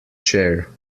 chair